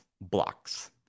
blocks